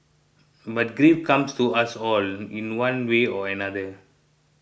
but grief comes to us all in one way or another